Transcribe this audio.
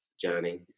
journey